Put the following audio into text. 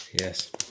Yes